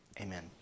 Amen